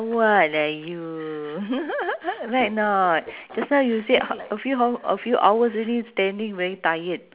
what lah you right or not just now you said a few hou~ a few hours already standing very tired